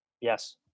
Yes